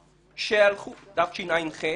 תשע"ח,